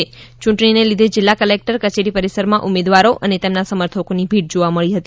યૂંટણીને લીધે જિલ્લા કલેક્ટર કચેરી પરિસરમાં ઉમેદવારો અને તેમના સમર્થકોની ભીડ જોવા મળી હતી